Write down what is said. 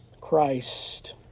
Christ